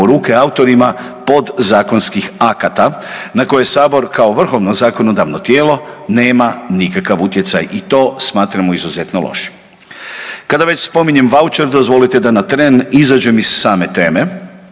u ruke autorima podzakonskih akata na koje sabor kao vrhovno zakonodavno tijelo nema nikakav utjecaj i to smatramo izuzetno lošim. Kada već spominjem vaučer, dozvolite da na tren izađem iz same teme